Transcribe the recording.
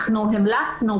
אנחנו המלצנו,